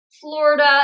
Florida